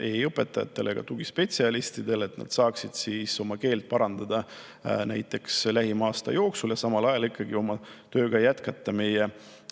ei õpetajatele ega tugispetsialistidele, et nad saaksid oma keele[oskust] parandada näiteks lähima aasta jooksul ja samal ajal ikkagi jätkata tööd